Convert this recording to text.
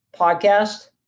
podcast